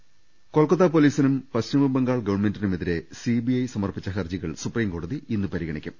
ൾ ൽ ൾ കൊൽക്കത്ത പൊലീസിനും പശ്ചിമ ബംഗാൾ ഗവൺമെന്റിനും എതിരെ സിബിഐ സമർപ്പിച്ച ഹർജികൾ സുപ്രീം കോടതി ഇന്ന് പരിഗണിക്കും